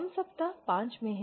हम सप्ताह 5 में है